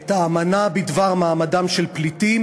את האמנה בדבר מעמדם של פליטים,